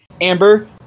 Amber